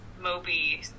Moby